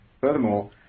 Furthermore